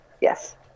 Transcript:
Yes